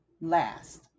last